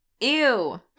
Ew